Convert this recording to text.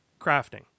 crafting